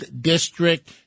district